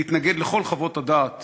להתנגד לכל חוות הדעת